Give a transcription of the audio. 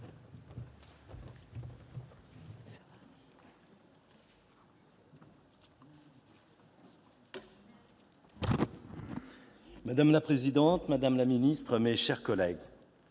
Madame la présidente, madame la ministre, chers collègues,